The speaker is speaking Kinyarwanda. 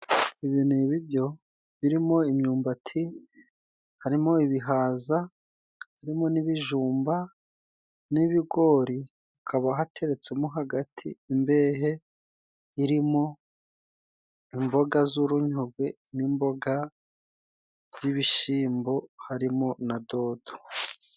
Ibi ni ibiryo birimo imyumbati , harimo ibihaza, harimo n'ibijumba n'ibigori , hakaba hateretsemo hagati imbehe irimo imboga z'urunyogwe n'imboga z'ibishimbo, harimo na dodo.